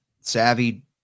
savvy